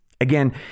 Again